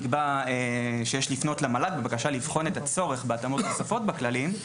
שם נקבע שיש לפנות למל"ג בבקשה לבחון את הצורך בהתאמות נוספות בכללים,